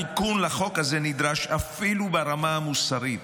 התיקון לחוק הזה נדרש אפילו ברמה המוסרית.